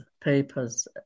papers